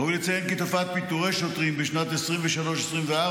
ראוי לציין כי תופעת פיטורי שוטרים הצטמצמה בשנת 2023 2024